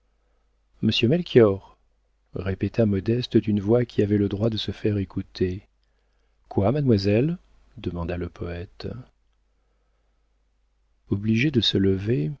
injure monsieur melchior répéta modeste d'une voix qui avait le droit de se faire écouter quoi mademoiselle demanda le poëte obligé de se lever